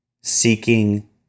seeking